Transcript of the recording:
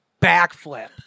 backflip